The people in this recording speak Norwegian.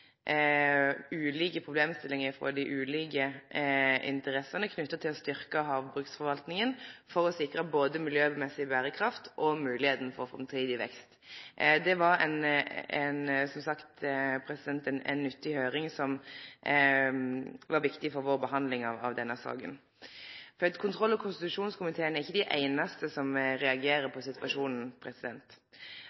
ulike problemstillingar frå dei ulike interessene knytte til å styrkje havbruksforvaltninga og for å sikre både miljømessig berekraft og moglegheita til framtidig vekst. Det var som sagt ei nyttig høyring, som var viktig for vår behandling av denne saka. Kontroll- og konstitusjonskomiteen er ikkje dei einaste som reagerer